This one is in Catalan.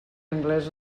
anglés